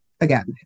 again